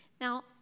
Now